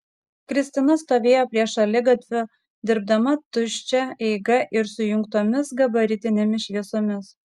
kristina stovėjo prie šaligatvio dirbdama tuščia eiga ir su įjungtomis gabaritinėmis šviesomis